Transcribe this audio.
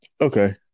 Okay